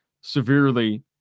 severely